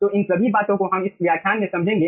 तो इन सभी बातों को हम इस व्याख्यान में समझेंगे